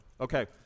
Okay